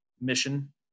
mission